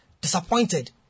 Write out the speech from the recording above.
disappointed